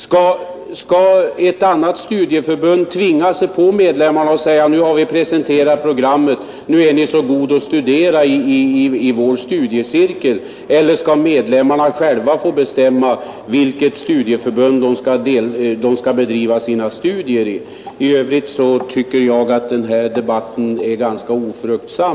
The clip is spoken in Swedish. Skall ett annat studieförbund tvinga sig på de anställda som är medlemmar i ett visst studieförbund och säga: Nu har vi presenterat programmet, nu är ni goda och studerar i vår studiecirkel? Eller skall de anställda själva få bestämma vilket studieförbund de skall bedriva sina studier i? I övrigt tycker jag att den här delen av debatten är ganska ofruktsam.